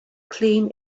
clean